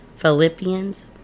Philippians